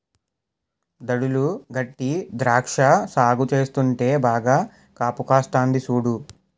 దడులు గట్టీ ద్రాక్ష సాగు చేస్తుంటే బాగా కాపుకాస్తంది సూడు